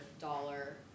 dollar